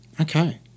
Okay